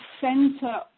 center